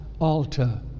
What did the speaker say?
altar